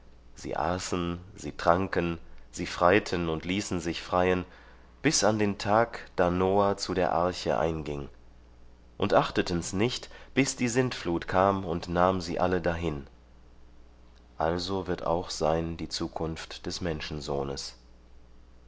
sie aßen sie tranken sie freiten und ließen sich freien bis an den tag da noah zu der arche einging und achteten's nicht bis die sintflut kam und nahm sie alle dahin also wird auch sein die zukunft des menschensohnes